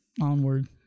Onward